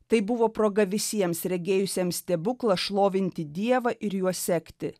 tai buvo proga visiems regėjusiems stebuklą šlovinti dievą ir juo sekti